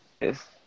Yes